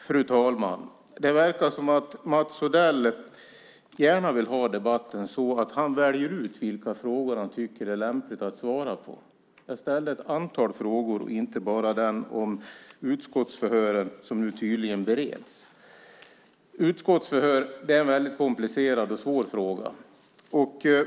Fru talman! Det verkar som att Mats Odell gärna vill ha debatten så att han väljer ut vilka frågor han tycker är lämpliga att svara på. Jag ställde ett antal frågor, inte bara den om utskottsförhören som nu tydligen bereds. Utskottsförhör är en väldigt komplicerad och svår fråga.